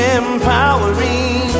empowering